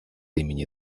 имени